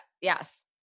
Yes